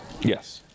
yes